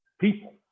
people